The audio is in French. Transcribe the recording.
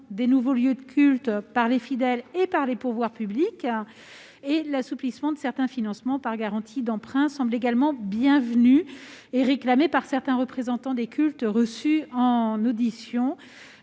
des nouveaux lieux de culte par les fidèles et par les pouvoirs publics. L'assouplissement de certains financements par garantie d'emprunt semble également bienvenu. Une telle mesure était réclamée par certains représentants des cultes reçus en audition,